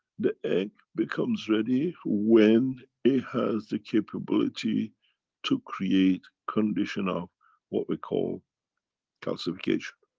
the egg becomes ready when it has the capability to create condition of what we call calcification.